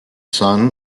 son